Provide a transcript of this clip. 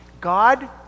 God